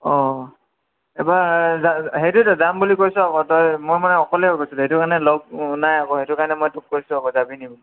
অ এইবাৰ সেইটোৱেতো যাম বুলি কৈছ আকৌ তই মই মানে অকলে হৈ গৈছোঁ সেইটো কাৰণে লগ নাই আকৌ সেইটো কাৰণে মই তোক কৈছোঁ আকৌ যাবিনি বুলি